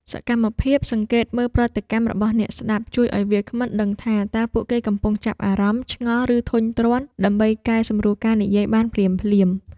សកម្មភាពសង្កេតមើលប្រតិកម្មរបស់អ្នកស្ដាប់ ជួយឱ្យវាគ្មិនដឹងថា តើពួកគេកំពុងចាប់អារម្មណ៍ ឆ្ងល់ ឬធុញទ្រាន់ ដើម្បីកែសម្រួលការនិយាយបានភ្លាមៗ។